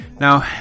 Now